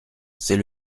c’est